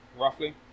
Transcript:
roughly